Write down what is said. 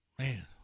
Man